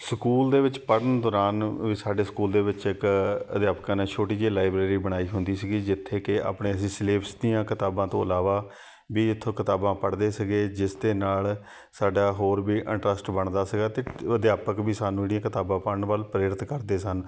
school ਦੇ ਵਿੱਚ ਪੜ੍ਹਨ ਦੌਰਾਨ ਸਾਡੇ ਸਕੂਲ ਦੇ ਵਿੱਚ ਇੱਕ ਅਧਿਆਪਕਾਂ ਨੇ ਛੋਟੀ ਜਿਹੀ ਲਾਇਬ੍ਰੇਰੀ ਬਣਾਈ ਹੁੰਦੀ ਸੀਗੀ ਜਿੱਥੇ ਕਿ ਆਪਣੇ ਅਸੀਂ ਸਿਲੇਬਸ ਦੀਆਂ ਕਿਤਾਬਾਂ ਤੋਂ ਇਲਾਵਾ ਵੀ ਇੱਥੋਂ ਕਿਤਾਬਾਂ ਪੜ੍ਹਦੇ ਸੀਗੇ ਜਿਸ ਦੇ ਨਾਲ ਸਾਡਾ ਹੋਰ ਵੀ ਇੰਟਰਸਟ ਬਣਦਾ ਸੀਗਾ ਅਤੇ ਅਧਿਆਪਕ ਵੀ ਸਾਨੂੰ ਜਿਹੜੀਆਂ ਕਿਤਾਬਾਂ ਪੜ੍ਹਨ ਵੱਲ ਪ੍ਰੇਰਿਤ ਕਰਦੇ ਸਨ